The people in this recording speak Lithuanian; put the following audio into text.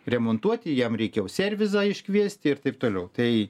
remontuoti jam reikia servizą iškviesti ir taip toliau tai